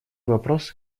вопросы